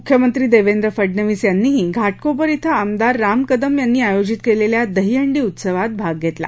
मुख्यमंत्री देवेंद्र फडनवीस यांनीही घाटकोपर िं आमदार राम कदम यांनी आयोजित केलेल्या दहिहंडी उत्सवात भाग घेतला